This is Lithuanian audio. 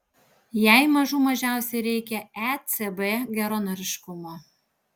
jai mažų mažiausiai reikia ecb geranoriškumo